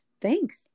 thanks